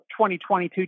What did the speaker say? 2022